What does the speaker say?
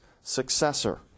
successor